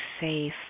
safe